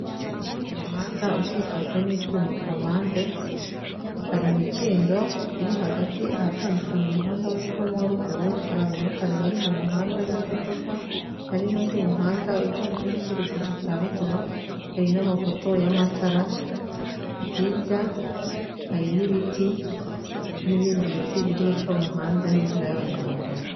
Umuhanda ukikijwe n'ibyuma, ku mpande hari imikindo iri hagati ahatandukanye umuhanda w'impfo n'uwa ruguru, hari abamotari bari mu muhanda n'imodoka, hari n'undi muhanda ujya mu kindi cyerekezo cya ruguru, hari n'amafoto y'amatara, hirya hari n'ibiti, n'ibindi biti biri hepfo y'umuhanda n'inzira y'abanyamaguru.